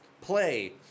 play